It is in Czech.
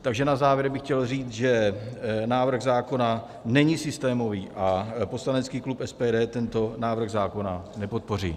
Takže na závěr bych chtěl říct, že návrh zákona není systémový a poslanecký klub SPD tento návrh zákona nepodpoří.